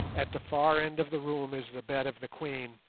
at the far end of the room is the bed of the queen,